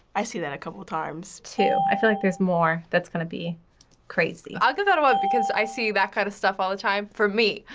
i see that a couple times. two. i feel like there's more that's gonna be crazy. i'll give that a one, because i see that kind of stuff all the time for me.